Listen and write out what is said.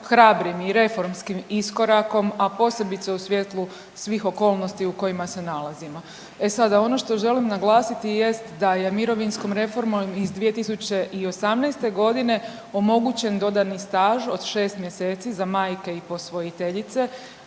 hrabrim i reformskim iskorakom, a posebice u svjetlu svih okolnosti u kojima se nalazimo. E sada, ono što želim naglasiti jest da je mirovinskom reformom iz 2018. g. omogućen dodani staž od 6 mjeseci za majke i posvojiteljice,